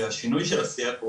והשינוי של השיח,